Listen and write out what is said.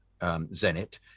Zenit